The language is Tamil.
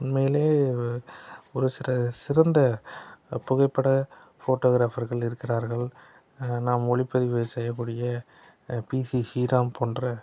உண்மையிலேயே ஒரு சில சிறந்த புகைப்பட ஃபோட்டோகிராஃபர்கள் இருக்கிறார்கள் நாம் ஒளிப்பதிவு செய்யக்கூடிய பீசி ஸ்ரீராம் போன்ற